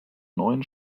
neuen